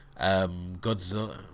Godzilla